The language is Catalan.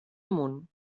amunt